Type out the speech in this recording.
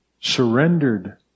surrendered